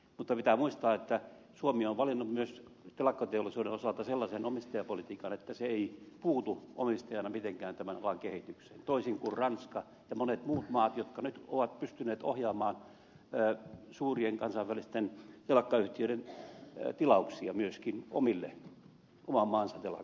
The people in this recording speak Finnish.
mutta pitää muistaa että suomi on valinnut myös telakkateollisuuden osalta sellaisen omistajapolitiikan että se ei puutu omistajana mitenkään tämän maan kehitykseen toisin kuin ranska ja monet muut maat jotka nyt ovat pystyneet ohjaamaan suurien kansainvälisten telakkayhtiöiden tilauksia myöskin oman maansa telakoille